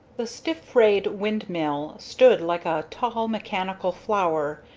the stiff-rayed windmill stood like a tall mechanical flower,